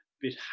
bit